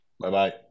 Bye-bye